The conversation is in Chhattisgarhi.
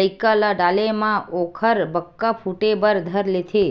लइका ल डाले म ओखर बक्का फूटे बर धर लेथे